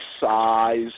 size